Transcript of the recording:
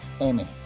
Amy